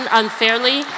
unfairly